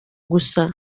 gusa